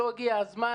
המוחלשות.